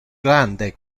grande